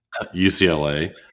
UCLA